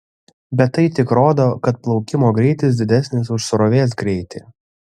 bet tai tik rodo kad plaukimo greitis didesnis už srovės greitį